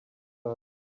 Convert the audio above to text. guy